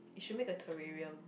it should make a terrarium